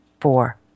four